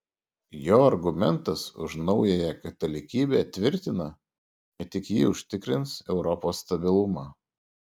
jo argumentas už naująją katalikybę tvirtina kad tik ji užtikrins europos stabilumą